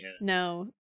No